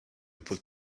put